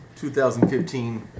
2015